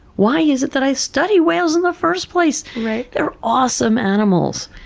why is it that i study whales in the first place? they're awesome animals.